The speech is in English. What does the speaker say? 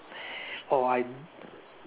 or I